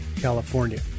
California